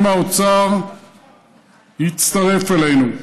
אם האוצר יצטרף אלינו.